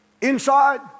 inside